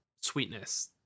sweetness